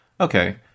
Okay